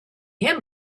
him